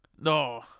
No